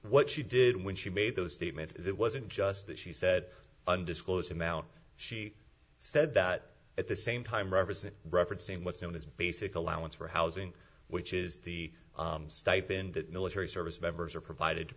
what she did when she made those statements is it wasn't just that she said undisclosed amount she said that at the same time roberson referencing what's known as basic allowance for housing which is the stipend that military service members are provided to